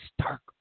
stark